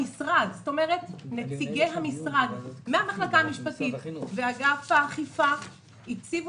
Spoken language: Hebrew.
נציגי המשרד מהמחלקה המשפטית ומאגף האכיפה הקצו